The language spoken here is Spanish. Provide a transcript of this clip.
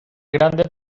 grande